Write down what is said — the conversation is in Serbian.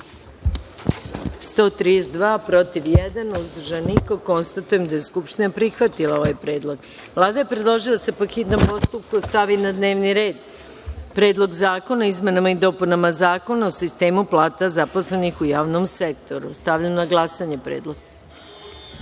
132, protiv – jedan, uzdržanih – nema. Konstatujem da je Narodna skupština prihvatila ovaj predlog. Vlada je predložila da se, po hitnom postupku, stavi na dnevni red -Predlog zakona o izmenama i dopunama Zakona o sistemu plata zaposlenih u javnom sektoru. Stavljam na glasanje ovaj